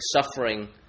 suffering